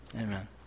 Amen